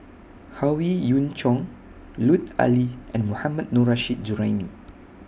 Howe Yoon Chong Lut Ali and Mohammad Nurrasyid Juraimi